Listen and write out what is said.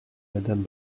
madame